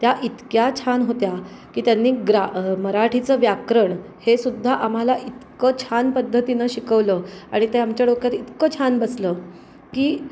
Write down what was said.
त्या इतक्या छान होत्या की त्यांनी ग्रा मराठीचं व्याकरण हे सुद्धा आम्हाला इतकं छान पद्धतीनं शिकवलं आणि ते आमच्या डोक्यात इतकं छान बसलं की